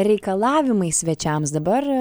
reikalavimai svečiams dabar